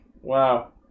Wow